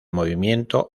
movimiento